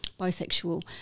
bisexual